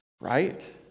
Right